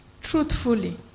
Truthfully